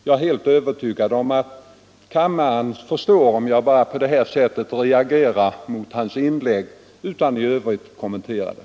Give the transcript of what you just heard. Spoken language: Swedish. Jag är helt övertygad om att kammaren förstår om jag bara på det här sättet reagerar mot hans inlägg utan att i övrigt kommentera det.